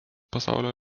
pasaulio